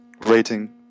rating